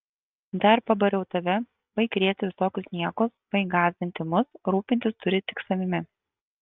dar pabariau tave baik krėsti visokius niekus baik gąsdinti mus rūpintis turi tik savimi